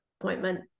appointment